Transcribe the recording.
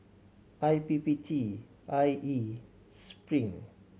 I P P T I E Spring